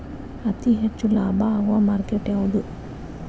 ಅತಿ ಹೆಚ್ಚು ಲಾಭ ಆಗುವ ಮಾರ್ಕೆಟ್ ಯಾವುದು?